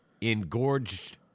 engorged